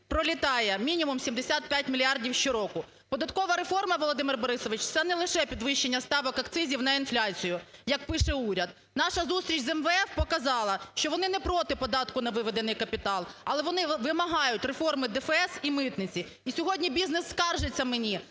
пролітає мінімум 75 мільярдів щороку. Податкова реформа, Володимир Борисович, це не лише підвищення ставок акцизів на інфляцію, як пише уряд. Наша зустріч з МВФ показала, що вони не проти податку на виведений капітал, але вони вимагають реформи ДФС і митниці. І сьогодні бізнес скаржиться мені